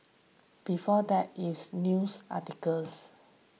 before that it's news articles